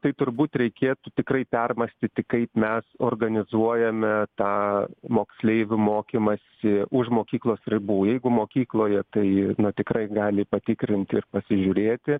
tai turbūt reikėtų tikrai permąstyti kaip mes organizuojame tą moksleivių mokymąsi už mokyklos ribų jeigu mokykloje tai tikrai gali patikrint ir pasižiūrėti